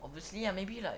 obviously lah maybe like